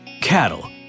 cattle